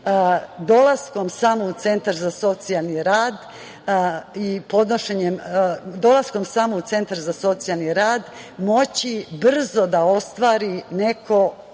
dolaskom samo u Centar za socijalni rad moći brzo da ostvari neko